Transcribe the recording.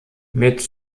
mit